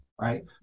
Right